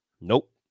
Nope